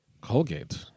Colgate